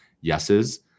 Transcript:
yeses